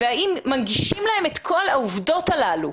האם מנגישים להם את כל העובדות הללו?